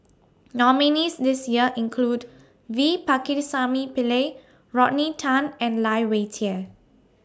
nominees' list This Year include V Pakirisamy Pillai Rodney Tan and Lai Weijie